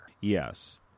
Yes